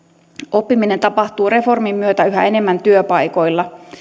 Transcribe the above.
oppiminen tapahtuu reformin myötä yhä enemmän työpaikoilla